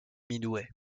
midway